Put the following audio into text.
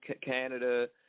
Canada